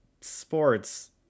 sports